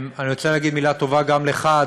אני רוצה להגיד מילה טובה גם לך,